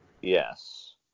Yes